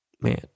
man